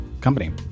company